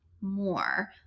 more